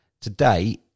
Today